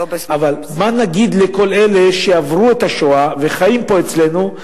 אבל מה נגיד לכל אלה שעברו את השואה וחיים פה אצלנו,